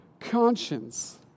conscience